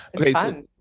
okay